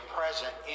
present